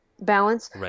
balance